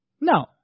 No